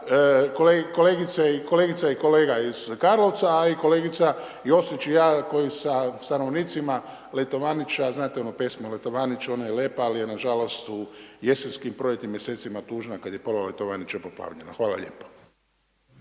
kolegica i kolega iz Karlovca a i kolegica Josip i ja koji sa stanovnicima Letovanića, znate onu pjesmu Letovanić ona je lijepa ali je nažalost u jesenskim i proljetnim mjesecima tužna kada je pola Letovanića poplavljeno. Hvala lijepo.